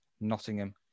Nottingham